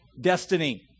destiny